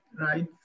right